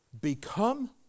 become